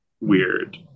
weird